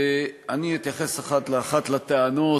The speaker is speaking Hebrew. ואני אתייחס אחת לאחת לטענות.